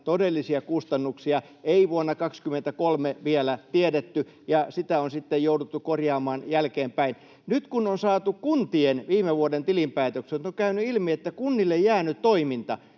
todellisia kustannuksia ei vuonna 23 vielä tiedetty, ja sitä on sitten jouduttu korjaamaan jälkeenpäin. Nyt kun on saatu kuntien viime vuoden tilinpäätökset, on käynyt ilmi, että kunnille jääneen toiminnan